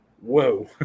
whoa